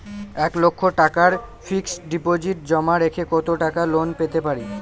এক লক্ষ টাকার ফিক্সড ডিপোজিট জমা রেখে কত টাকা লোন পেতে পারি?